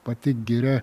pati giria